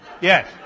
Yes